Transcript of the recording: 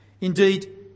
Indeed